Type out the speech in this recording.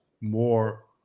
more